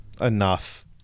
enough